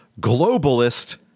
globalist